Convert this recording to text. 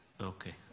Okay